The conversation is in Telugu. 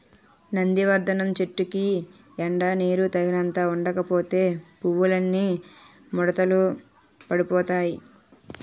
నందివర్థనం చెట్టుకి ఎండా నీరూ తగినంత ఉండకపోతే పువ్వులన్నీ ముడతలు పడిపోతాయ్